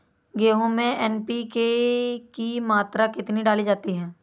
गेहूँ में एन.पी.के की मात्रा कितनी डाली जाती है?